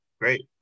Great